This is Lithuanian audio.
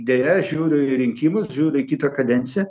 deja žiūriu į rinkimus žiūriu į kitą kadenciją